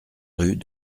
rue